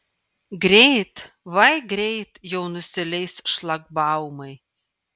greit vai greit jau nusileis šlagbaumai